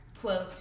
quote